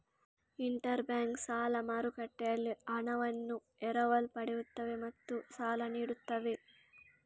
inter bank ಸಾಲ ಮಾರುಕಟ್ಟೆಯಲ್ಲಿ ಹಣವನ್ನು ಎರವಲು ಪಡೆಯುತ್ತವೆ ಮತ್ತು ಸಾಲ ನೀಡುತ್ತವೆ